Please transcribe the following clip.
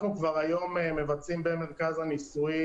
אנחנו כבר היום מבצעים במרכז הניסויים,